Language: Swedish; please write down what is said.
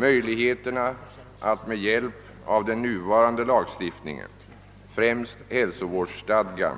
Möjligheterna att med hjälp av den nuvarande lagstiftningen — främst hälsovårdsstadgan